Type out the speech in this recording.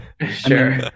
sure